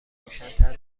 روشنتر